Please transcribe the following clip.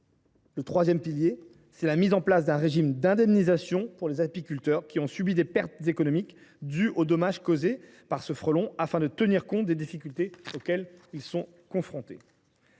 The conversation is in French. Troisièmement, elle met en place un régime d’indemnisation pour les apiculteurs ayant subi des pertes économiques dues aux dommages causés par ce nuisible, afin de tenir compte des difficultés auxquelles ils sont confrontés.